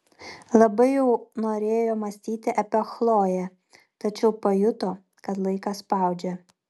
labai jau norėjo mąstyti apie chloję tačiau pajuto kad laikas spaudžia